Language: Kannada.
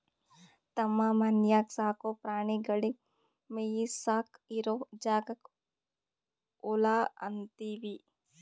ತಮ್ಮ ಮನ್ಯಾಗ್ ಸಾಕೋ ಪ್ರಾಣಿಗಳಿಗ್ ಮೇಯಿಸಾಕ್ ಇರೋ ಜಾಗಕ್ಕ್ ಹೊಲಾ ಅಂತೀವಿ